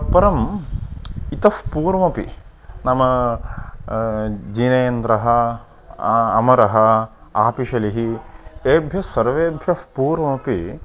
परम् इतः पूर्वमपि नाम जीनेन्द्रः अमरः आपिशलिः एभ्यः सर्वेभ्यः पूर्वमपि